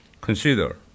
Consider